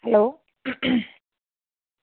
hello